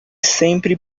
sempre